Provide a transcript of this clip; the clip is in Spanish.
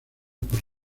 por